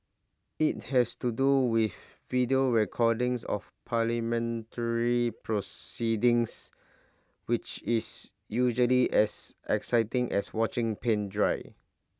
IT has to do with video recordings of parliamentary proceedings which is usually as exciting as watching paint dry